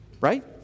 right